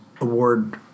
Award